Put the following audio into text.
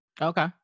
Okay